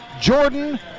Jordan